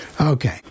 Okay